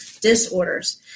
disorders